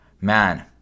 man